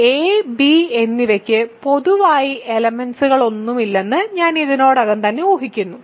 a b എന്നിവയ്ക്ക് പൊതുവായ എലെമെന്റ്സ്കളൊന്നുമില്ലെന്ന് ഞാൻ ഇതിനകം തന്നെ ഊഹിക്കുന്നു